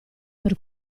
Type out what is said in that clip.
per